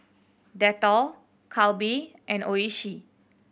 Dettol Calbee and Oishi